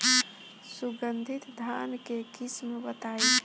सुगंधित धान के किस्म बताई?